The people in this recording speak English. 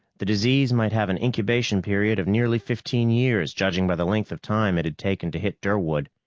the disease might have an incubation period of nearly fifteen years, judging by the length of time it had taken to hit durwood.